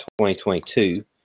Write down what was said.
2022